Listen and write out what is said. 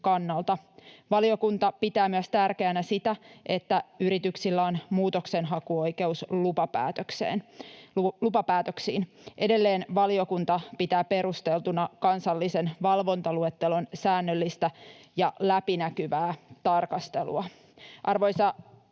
kannalta. Valiokunta pitää myös tärkeänä sitä, että yrityksillä on muutoksenhakuoikeus lupapäätöksiin. Edelleen valiokunta pitää perusteltuna kansallisen valvontaluettelon säännöllistä ja läpinäkyvää tarkastelua. Arvoisa